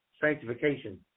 sanctification